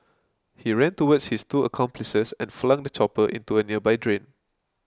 he ran towards his two accomplices and flung the chopper into a nearby drain